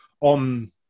on